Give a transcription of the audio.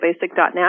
Basic.net